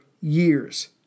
years